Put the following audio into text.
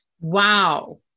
Wow